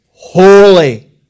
Holy